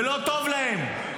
ולא טוב להם.